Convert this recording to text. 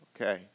okay